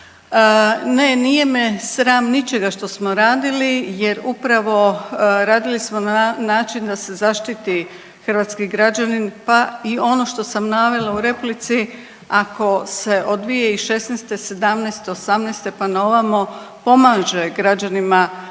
Ne nije me sram ničega što smo radili, jer upravo radili smo na način da se zaštiti hrvatski građanin, pa i ono što sam navela u replici ako se od 2016., 2017., 2018. pa na ovamo pomaže građanima kroz